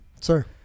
Sir